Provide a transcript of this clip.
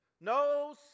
No